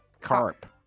Carp